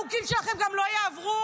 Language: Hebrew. החוקים שלכם גם לא יעברו,